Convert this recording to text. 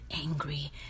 angry